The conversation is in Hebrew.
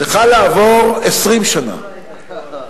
צריכה לעבור 20 שנה?